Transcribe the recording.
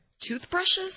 Toothbrushes